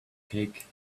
cake